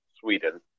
Sweden